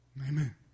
Amen